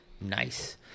Nice